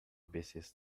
busiest